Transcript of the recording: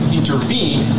intervene